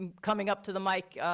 um coming up to the mic,